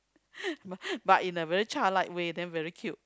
but but in a very childlike way then very cute